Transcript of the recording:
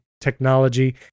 technology